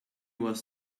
was